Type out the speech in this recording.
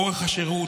אורך השירות,